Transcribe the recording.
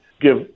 give